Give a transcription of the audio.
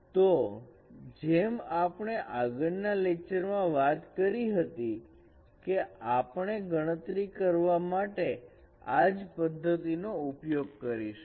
તો જેમ આપણે આગળ ના લેક્ચર માં વાત કરી હતી કે આપણે ગણતરી કરવા માટે આજ પદ્ધતિ નો ઉપયોગ કરીશું